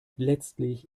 letztlich